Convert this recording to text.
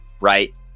right